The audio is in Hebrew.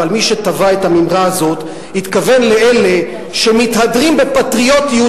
מי שטבע את האמרה הזאת התכוון לאלה שמתהדרים בפטריוטיות